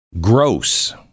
gross